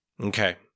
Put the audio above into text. Okay